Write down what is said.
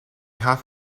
half